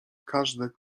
każde